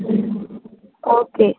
okay